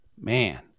Man